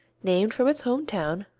named from its home town,